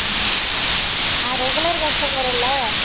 ம் நான் ரெகுலர் கஸ்டமரில்ல